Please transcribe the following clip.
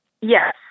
yes